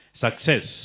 success